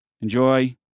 enjoy